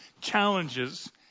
challenges